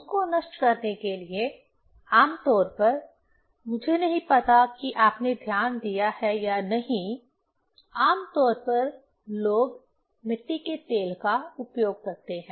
उसको नष्ट करने के लिए आम तौर पर मुझे नहीं पता कि आपने ध्यान दिया है या नहीं हम आम तौर पर लोग मिट्टी के तेल का उपयोग करते हैं